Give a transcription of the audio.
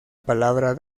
palabra